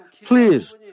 please